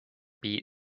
beat